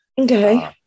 Okay